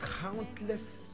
countless